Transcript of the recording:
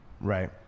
Right